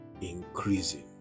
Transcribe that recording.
increasing